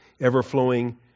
ever-flowing